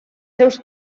seus